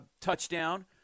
touchdown